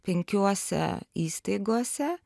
penkiose įstaigose